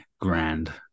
grand